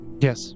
Yes